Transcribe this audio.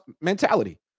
mentality